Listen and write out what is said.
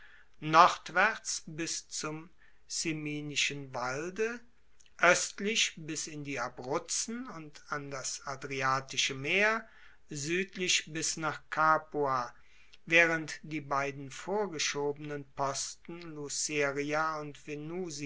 nordwaerts bis zum ciminischen walde oestlich bis in die abruzzen und an das adriatische meer suedlich bis nach capua waehrend die beiden vorgeschobenen posten luceria und